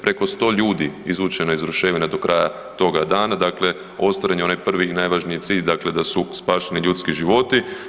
Preko 100 ljudi izvučeno je iz ruševina do kraja toga dana, dakle ostvaren je onaj prvi i najvažniji cilj da su spašeni ljudski životi.